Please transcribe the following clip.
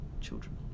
children